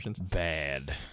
bad